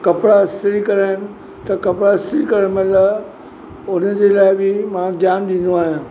कपिड़ा इस्त्री करणा आहिनि त कपिड़ा इस्री करण महिल उनजे लाइ बि मां ध्यानु ॾींदो आहियां